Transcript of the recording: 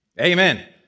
Amen